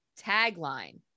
Tagline